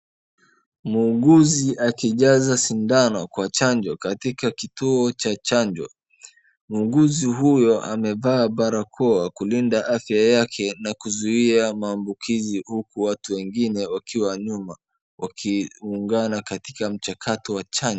Muunguzi akijaza sindano kwa chanjo katika kituo cha chanjo. Muunguzi huyo amevaa barakoa, kulinda afya yake na kuzuia maambukizi, huku watu wengine wakiwa nyuma wakiungana katika mchakato wa chanjo.